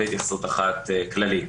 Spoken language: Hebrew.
זאת התייחסות אחת כללית.